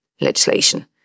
legislation